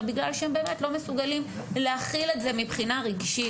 בגלל שהם באמת לא מסוגלים להכיל את זה מבחינה רגשית.